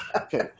Okay